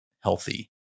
healthy